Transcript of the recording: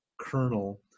kernel